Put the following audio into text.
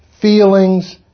feelings